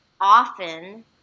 often